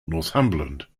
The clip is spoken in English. northumberland